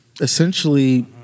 essentially